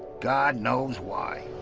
god knows why.